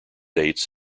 dates